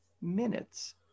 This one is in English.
minutes